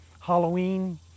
Halloween